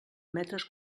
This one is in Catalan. metres